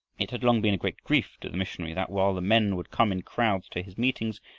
it had long been a great grief to the missionary that, while the men would come in crowds to his meetings,